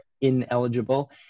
ineligible